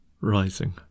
Rising